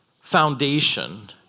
foundation